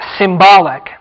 symbolic